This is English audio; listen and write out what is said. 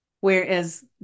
whereas